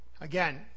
Again